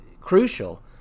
crucial